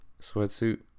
Sweatsuit